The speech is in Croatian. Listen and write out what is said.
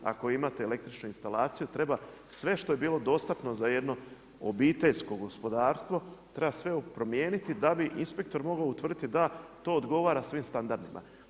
Ako imate električnu instalaciju treba sve što je bilo dostatno za jedno obiteljsko gospodarstvo, treba sve promijeniti da bi inspektor mogao utvrditi da to odgovara svim standardima.